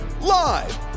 live